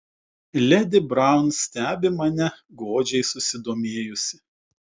ledi braun stebi mane godžiai susidomėjusi